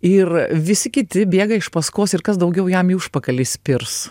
ir visi kiti bėga iš paskos ir kas daugiau jam į užpakalį įspirs